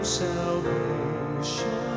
salvation